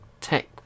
Tech